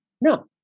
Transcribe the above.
no